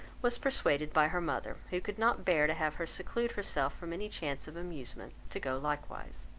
was persuaded by her mother, who could not bear to have her seclude herself from any chance of amusement, to go likewise.